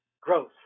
growth